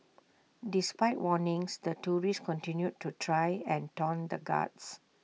despite warnings the tourists continued to try and taunt the guards